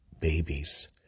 babies